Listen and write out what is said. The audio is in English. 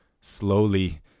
slowly